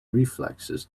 reflexes